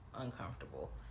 uncomfortable